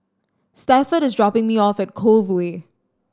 Stafford is dropping me off at Cove Way